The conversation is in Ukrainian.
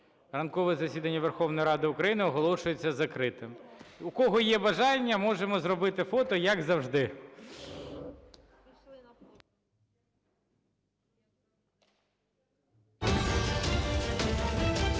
Ранкове засідання Верховної Ради України оголошується закритим. У кого є бажання, можемо зробити фото, як завжди.